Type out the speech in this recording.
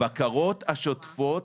הבקרות השוטפות,